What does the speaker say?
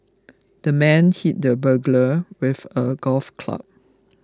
the man hit the burglar with a golf club